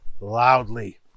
loudly